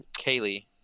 kaylee